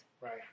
Right